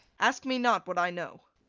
ask me not what i know.